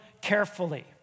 carefully